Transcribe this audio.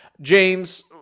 James